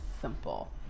simple